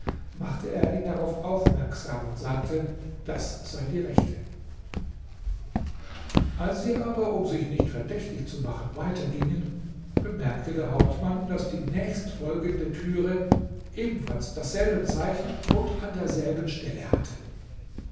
machte er ihn darauf aufmerksam und sagte das sei die rechte als sie aber um sich nicht verdächtig zu machen weiter gingen bemerkte der hauptmann daß die nächstfolgende türe ebenfalls dasselbe zeichen und an derselben stelle hatte